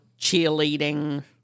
cheerleading